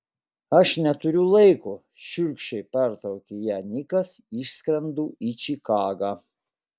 aš neturiu laiko šiurkščiai pertraukė ją nikas išskrendu į čikagą